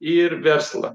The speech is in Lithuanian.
ir verslą